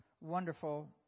wonderful